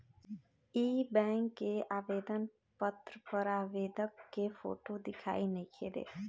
इ बैक के आवेदन पत्र पर आवेदक के फोटो दिखाई नइखे देत